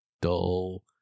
dull